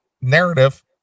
narrative